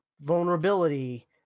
vulnerability